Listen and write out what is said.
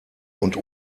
und